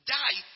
die